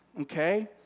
okay